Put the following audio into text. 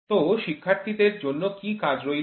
তো শিক্ষার্থীদের জন্য কি কাজ রইল